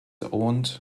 owned